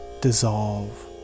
dissolve